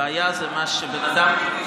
הבעיה זה מה שבן אדם,